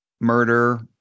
murder